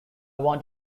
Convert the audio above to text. want